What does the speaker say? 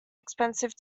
expensive